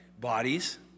bodies